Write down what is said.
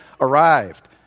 arrived